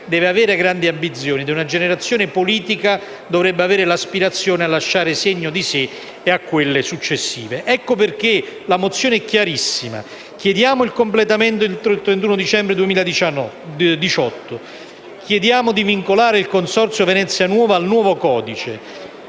deve avere grandi ambizioni e una generazione politica dovrebbe avere l'aspirazione a lasciare segno di sé a quelle successive. Ecco perché la mozione è chiarissima: chiediamo il completamento dell'opera entro il 31 dicembre 2018; chiediamo di vincolare il Consorzio Venezia nuova al nuovo codice;